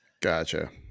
Gotcha